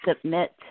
submit